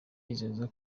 yizeza